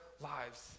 lives